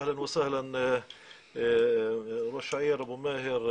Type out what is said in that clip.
אהלן וסהלן ראש העיר, אבו מאהר,